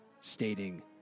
stating